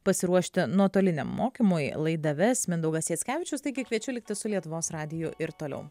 pasiruošti nuotoliniam mokymui laidą ves mindaugas jackevičius taigi kviečiu likti su lietuvos radiju ir toliau